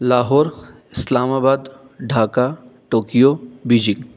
Lahore Islamabad Dhaka Tokyo Beijing